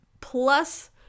plus